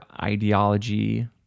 ideology